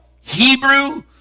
Hebrew